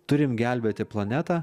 turim gelbėti planetą